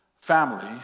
Family